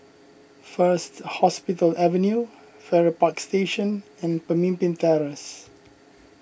First Hospital Avenue Farrer Park Station and Pemimpin Terrace